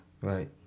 Right